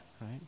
Right